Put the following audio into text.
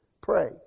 Pray